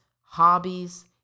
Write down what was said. hobbies